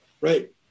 right